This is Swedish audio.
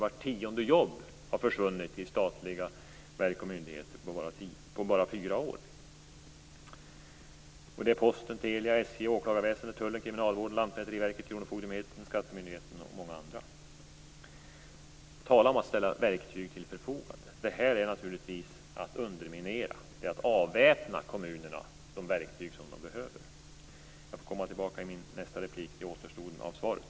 Var tionde jobb i statliga verk och myndigheter har försvunnit på fyra år. Det är Skattemyndigheten och många andra. Tala om att ställa verktyg till förfogande! Det är naturligtvis att underminera, avväpna kommunerna de verktyg de behöver. Jag får komma tillbaka i nästa inlägg till återstoden av svaret.